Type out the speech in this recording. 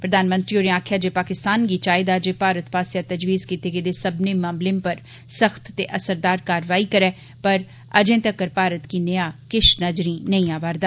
प्रधानमंत्री होरें आक्खेआ जे पाकिस्तान गी चाईदा जे भारत पास्सेआ तजवीज़ कीते गेदे सब्बने मामलें पर सख्त ते असरदार कारवाई रै पर अजें तक्कर भारत गी नेया किश नज़री नेई आवा'रदा